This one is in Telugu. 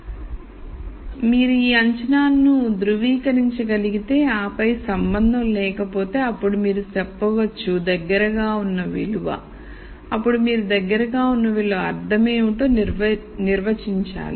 కాబట్టి మీరు ఈ అంచనాను ధృవీకరించగలిగితే ఆపై సంబంధం లేకపోతేఅప్పుడు మీరు చెప్పవచ్చు దగ్గరగా ఉన్న విలువ అప్పుడు మీరు దగ్గరగా ఉన్న విలువ అర్థమేమిటో నిర్వచించాలి